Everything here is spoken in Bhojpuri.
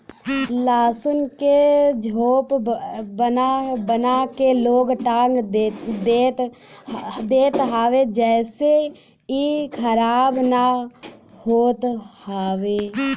लहसुन के झोपा बना बना के लोग टांग देत हवे जेसे इ खराब ना होत हवे